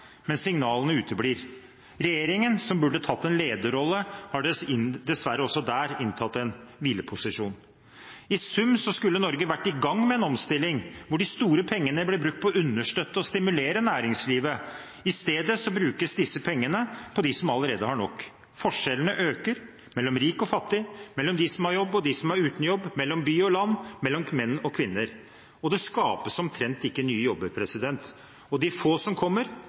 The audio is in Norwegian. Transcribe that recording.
men signalene uteblir. Regjeringen som burde tatt en lederrolle, har dessverre også der inntatt en hvileposisjon. I sum skulle Norge vært i gang med en omstilling hvor de store pengene ble brukt på å understøtte og stimulere næringslivet. I stedet brukes disse pengene på dem som allerede har nok. Forskjellene øker mellom rik og fattig, mellom dem som har jobb, og dem som er uten jobb, mellom by og land, mellom menn og kvinner. Det skapes omtrent ikke nye jobber, og de få som kommer,